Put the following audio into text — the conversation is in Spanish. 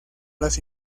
las